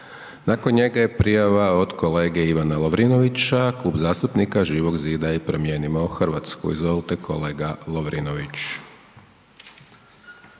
To je prijava kolega Lovrinovića ispred Kluba zastupnika Živog zida i Promijenimo Hrvatsku, završno. Izvolite kolega Lovrinović.